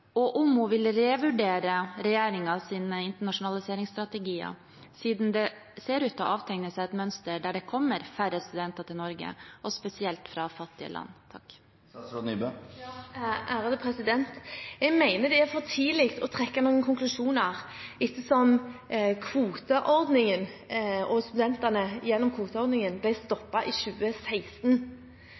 og om hun vil revurdere regjeringens internasjonaliseringsstrategier siden det ser ut til å avtegne seg et mønster der det kommer færre studenter til Norge, og spesielt fra fattige land. Jeg mener det er for tidlig å trekke noen konklusjoner ettersom kvoteordningen ble stoppet i 2016. Det skal settes i